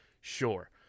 Sure